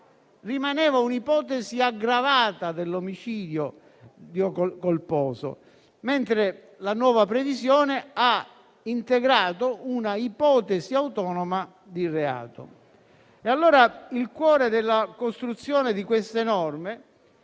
rimaneva un'ipotesi aggravata di omicidio colposo, mentre la nuova previsione ha integrato una ipotesi autonoma di reato. Il cuore della costruzione di queste norme